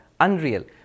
unreal